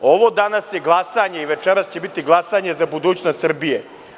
Ovo danas i večeras će biti glasanje za budućnost Srbije.